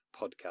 podcast